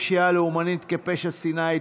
פשיעה לאומנית כפשע שנאה),